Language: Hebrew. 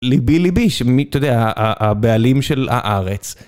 ליבי ליבי, שמי, אתה יודע, הבעלים של הארץ.